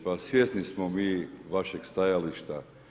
Pa svjesni smo mi vašeg stajališta.